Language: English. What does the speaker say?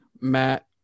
Matt